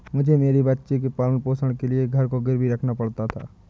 मुझे मेरे बच्चे के पालन पोषण के लिए घर को गिरवी रखना पड़ा था